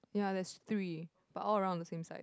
ya there's three but all around the same side